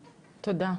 תודה,